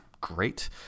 great